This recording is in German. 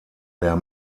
der